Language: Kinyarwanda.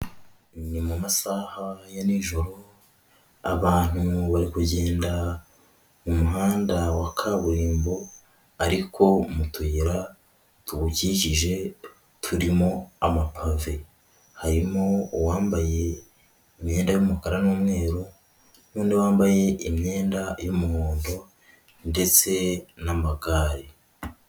Ni mu masaha ya nijoro abantu bari kugenda mu muhanda wa kaburimbo ariko mu tuyira tuwukikije turimo amapave harimo uwambaye imyenda y'umukara n'umweru n'undi wambaye imyenda y'umuhondo ndetse n'amagare.